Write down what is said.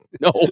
No